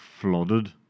flooded